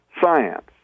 science